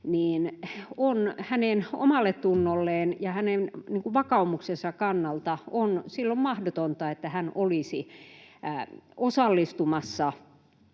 on hänen omantuntonsa ja hänen vakaumuksensa kannalta silloin mahdotonta, että hän olisi osallistumassa